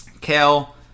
kale